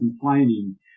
complaining